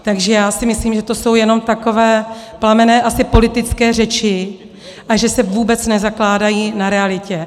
Takže já si myslím, že to jsou jenom takové plamenné, asi politické řeči a že se vůbec nezakládají na realitě.